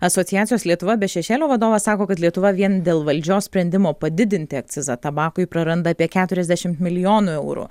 asociacijos lietuva be šešėlio vadovas sako kad lietuva vien dėl valdžios sprendimo padidinti akcizą tabakui praranda apie keturiasdešimt milijonų eurų